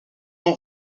nom